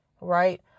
right